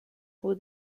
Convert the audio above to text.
who